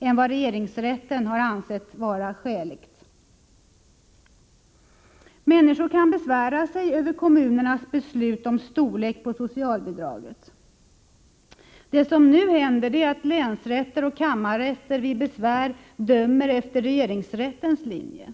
än vad regeringsrätten ansett vara skäligt. Människor kan besvära sig över kommunernas beslut om storlek på socialbidraget. Det som nu händer är att länsrätter och kammarrätter vid besvär dömer efter regeringsrättens linje.